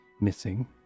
missing